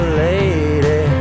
lady